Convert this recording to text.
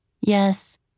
Yes